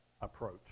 approach